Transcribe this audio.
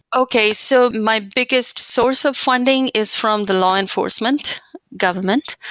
okay. so my biggest source of funding is from the law enforcement government.